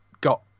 got